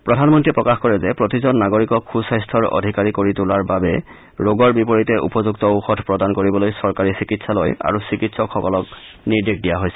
প্ৰধানমন্ত্ৰীয়ে প্ৰকাশ কৰে যে প্ৰতিজন নাগৰিকক সুস্থাস্থাৰ অধিকাৰী কৰি গঢ়ি তোলাৰ বাবে ৰোগৰ বিপৰীতে উপযুক্ত ঔষধ প্ৰদান কৰিবলৈ চৰকাৰী চিকিৎসালয় আৰু চিকিৎসকসকলক নিৰ্দেশ দিয়া হৈছে